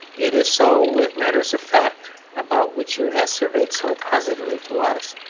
it is so with matters of fact about which you asseverate so positively to us,